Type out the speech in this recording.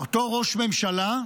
אותו ראש ממשלה,